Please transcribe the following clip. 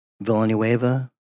Villanueva